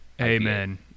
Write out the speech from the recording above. Amen